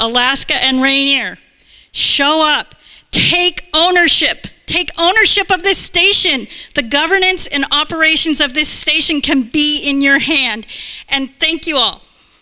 alaska and rainier show up take ownership take ownership of the station the governance in operations of this station can be in your hand and thank you all